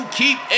keep